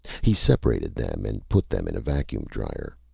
he separated them and put them in a vacuum drier.